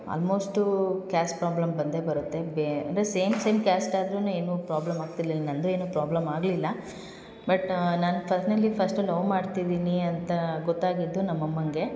almost caste problem ಬಂದೇ ಬರುತ್ತೆ ಬೇ ಅಂದರೆ ಸೇಮ್ ಸೇಮ್ ಕ್ಯಾಸ್ಟ್ ಆದ್ರೂ ಏನೂ ಪ್ರಾಬ್ಲಮ್ ಆಗ್ತಿರಲಿಲ್ಲ ನನ್ನದು ಏನೂ ಪ್ರಾಬ್ಲಮ್ ಆಗಲಿಲ್ಲ ಬಟ್ ನಾನು ಪರ್ಸ್ನಲಿ ಫರ್ಸ್ಟ್ ಲವ್ ಮಾಡ್ತಿದ್ದೀನಿ ಅಂತ ಗೊತ್ತಾಗಿದ್ದು ನಮ್ಮ ಅಮ್ಮನಿಗೆ